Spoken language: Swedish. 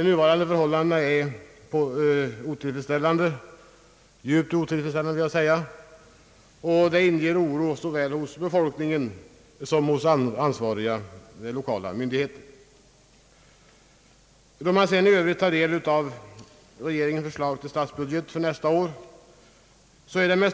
De nuvarande förhållandena är djupt otillfredsställande och inger oro såväl hos befolkningen som hos ansvariga lokala myndigheter. Då man tar del av regeringens förslag till statsbudget för nästa år är det med